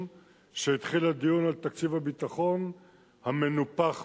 שהתחיל הדיון על תקציב הביטחון ה"מנופח",